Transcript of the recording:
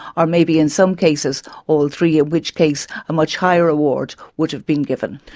or maybe in some cases all three, in which case a much higher award would have been given.